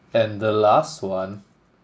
and the last one